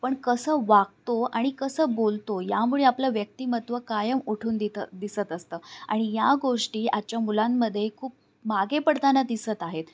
पण कसं वागतो आणि कसं बोलतो यामुळे आपलं व्यक्तिमत्व कायम उठून दितं दिसत असतं आणि या गोष्टी आजच्या मुलांमध्ये खूप मागे पडताना दिसत आहेत